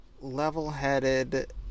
level-headed